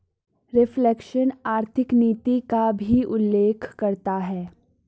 reflation आर्थिक नीति का भी उल्लेख करता है